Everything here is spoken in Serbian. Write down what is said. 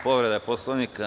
Povreda Poslovnika.